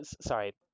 sorry